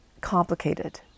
complicated